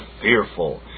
fearful